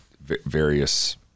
various